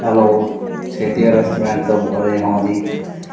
hello Setia restaurant ਤੋਂ ਬੋਲ ਰਹੇ ਹੋ ਜੀ